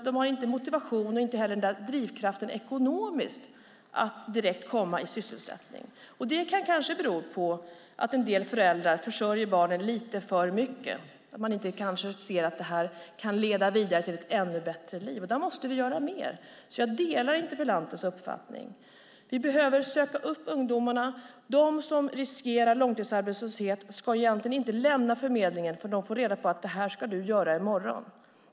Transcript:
De har inte motivationen eller drivkraften ekonomiskt att komma i sysselsättning. Det kan kanske bero på att en del föräldrar försörjer barnen lite för mycket, så att ungdomarna inte ser att arbete kan leda vidare till ett ännu bättre liv. Där måste vi göra mer. Jag delar interpellantens uppfattning att vi behöver söka upp ungdomarna. De som riskerar långtidsarbetslöshet ska inte lämna förmedlingen förrän de får reda på vad de ska göra i morgon.